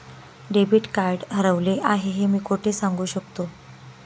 Debit card हरवले आहे हे मी कोठे सांगू शकतो?